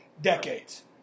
decades